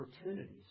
opportunities